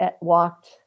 walked